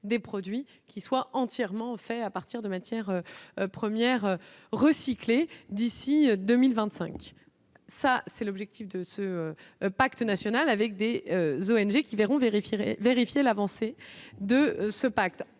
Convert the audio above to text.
des produits qui soient entièrement fait à partir de matières premières recyclées d'ici 2025, ça c'est l'objectif de ce pacte national avec des zoos ONG qui verront vérifierai vérifier l'avancée de ce pacte